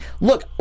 look